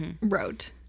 wrote